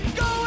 go